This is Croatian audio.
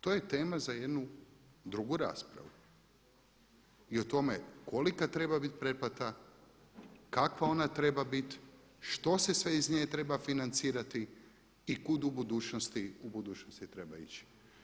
To je tema za jednu drugu raspravu i o tome kolika treba biti pretplata, kakva ona treba biti, što se sve iz nje treba financirati i kud u budućnosti treba ići.